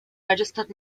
registered